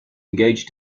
engaged